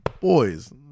boys